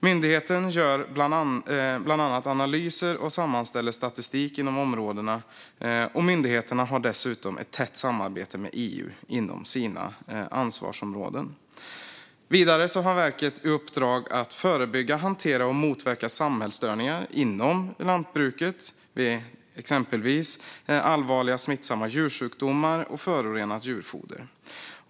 Man gör bland annat analyser och sammanställer statistik inom områdena. Myndigheten har dessutom ett tätt samarbete med EU inom sina ansvarsområden. Vidare har verket i uppdrag att förebygga, hantera och motverka samhällsstörningar inom lantbruket vid exempelvis allvarliga smittsamma djursjukdomar och förorenat djurfoder.